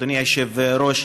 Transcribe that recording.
אדוני היושב-ראש,